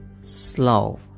slow